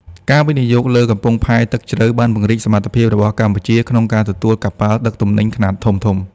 ការវិនិយោគលើកំពង់ផែទឹកជ្រៅ បានពង្រីកសមត្ថភាពរបស់កម្ពុជាក្នុងការទទួលកប៉ាល់ដឹកទំនិញខ្នាតធំៗ។